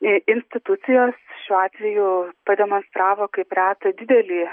institucijos šiuo atveju pademonstravo kaip reta didelį